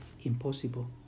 impossible